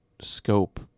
scope